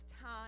time